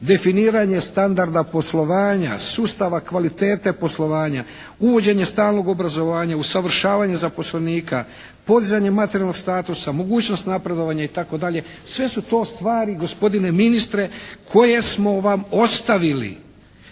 definiranje standarda poslovanja, sustava kvalitete poslovanja, uvođenje stalnog obrazovanja, usavršavanje zaposlenika, podizanje materijalnog statusa, mogućnost napredovanja itd. Sve su to stvari gospodine ministre koje smo vam ostavili